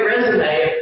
resume